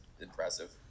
impressive